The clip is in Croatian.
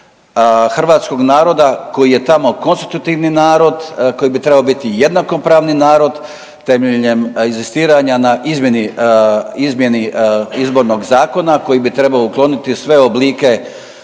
hrvatskog naroda koji je tamo konstitutivni narod, koji bi trebao biti jednakopravni narod temeljem inzistiranja na izmjeni, izmjeni izbornog zakona koji bi trebao ukloniti sve oblike